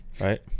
right